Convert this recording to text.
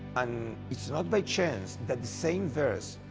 and it's not by chance that the same verse,